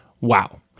Wow